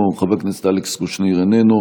כבוד סגן השר.